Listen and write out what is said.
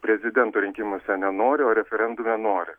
prezidento rinkimuose nenori o referendume nenori